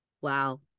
Wow